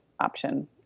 option